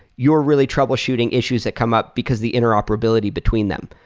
you're really troubleshooting issues that come up because the interoperability between them.